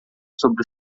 sobre